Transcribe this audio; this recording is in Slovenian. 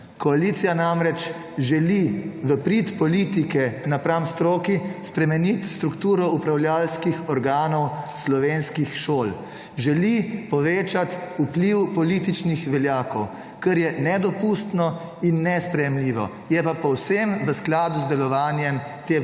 Koalicija namreč želi prid politike napram stroki spremeniti strukturo upravljavskih organov slovenskih šol. Želi povečati vpliv političnih veljakov, kar je nedopustno in nesprejemljivo je pa povsem v skladu z delovanjem te